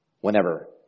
Whenever